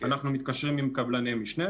אנחנו מתקשרים עם קבלני משנה